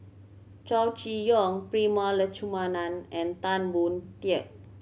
Chow Chee Yong Prema Letchumanan and Tan Boon Teik